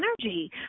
energy